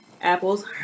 Apples